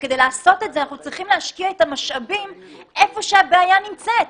וכדי לעשות את זה אנחנו צריכים להשקיע את המשאבים איפה שהבעיה נמצאת.